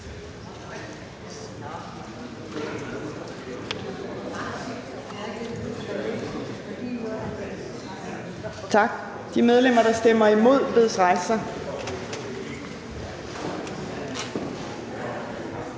Tak. De medlemmer, der stemmer imod, bedes rejse